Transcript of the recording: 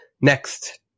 Next